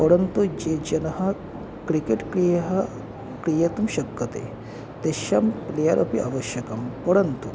परन्तु ये जनः क्रिकेट् क्रीडा क्रीडितुं शक्यते तेषां प्लेयर् अपि आवश्यकं परन्तु